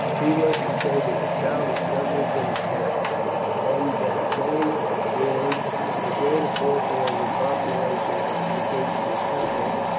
he was to say that the town had suddenly been attacked and that many had fallen but the greater portion of the population had escaped to the temple,